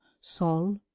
sol